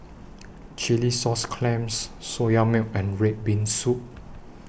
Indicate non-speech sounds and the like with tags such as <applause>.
<noise> Chilli Sauce Clams Soya Milk and Red Bean Soup